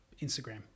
Instagram